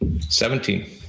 Seventeen